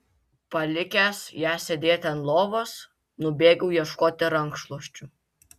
palikęs ją sėdėti ant lovos nubėgau ieškoti rankšluosčių